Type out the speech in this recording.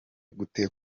gute